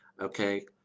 okay